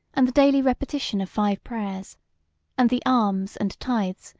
and the daily repetition of five prayers and the alms and tithes,